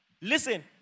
Listen